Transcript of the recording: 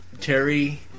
Terry